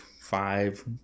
five